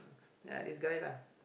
ya this guys lah